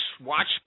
watch